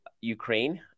Ukraine